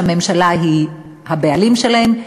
שהממשלה היא הבעלים שלהם,